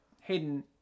Hayden